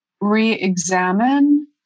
re-examine